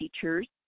teachers